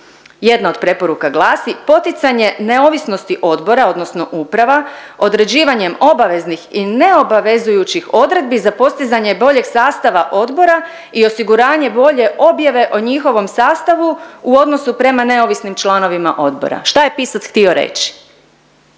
jedna od preporuka glasi, poticanje neovisnosti odbora odnosno uprava određivanjem obaveznih i neobavezujućih odredbi za postizanje boljeg sastava odbora i osiguranje bolje objave o njihovom sastavu u odnosu prema neovisnim članovima odbora. Šta je pisac htio reći